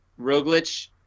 Roglic